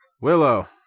Willow